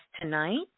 tonight